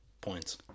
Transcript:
Points